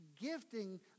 gifting